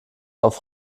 auf